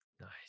Nice